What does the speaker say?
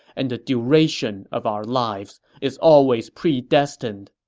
and the duration of our lives is always predestined.